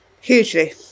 hugely